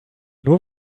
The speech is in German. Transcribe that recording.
nur